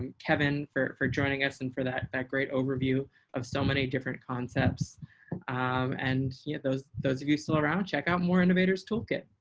ah kevin, for for joining us and for that fact great overview of so many different concepts and yeah those, those of you still around. check out more innovators toolkit.